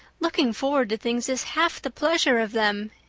looking forward to things is half the pleasure of them,